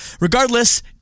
Regardless